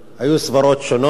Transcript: היו סברות שונות,